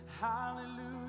hallelujah